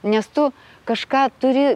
nes tu kažką turi